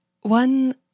One